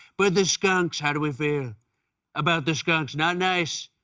but the skunks, how do we feel about the skunks? not nice.